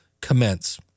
commence